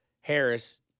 Harris